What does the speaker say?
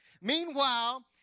Meanwhile